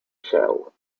shell